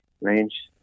range